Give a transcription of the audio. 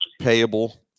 payable